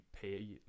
pay